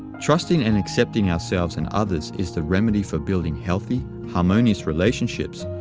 trusting and accepting ourselves and others is the remedy for building healthy, harmonious relationships,